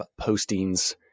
postings